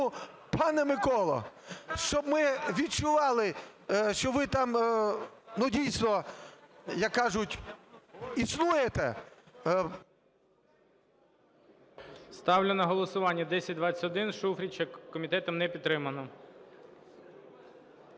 пане Миколо, щоб ми відчували, що ви там, ну, дійсно, як кажуть, існуєте… ГОЛОВУЮЧИЙ. Ставлю на голосування 1021 Шуфрича. Комітетом не підтримано.